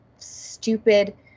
Stupid